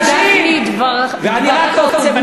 חבר הכנסת גפני, דבריך הובנו.